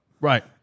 Right